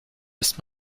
ist